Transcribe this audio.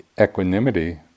equanimity